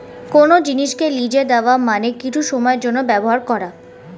কোন জিনিসকে লিজে দেওয়া মানে কিছু সময়ের জন্যে ব্যবহার করা